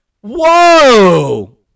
Whoa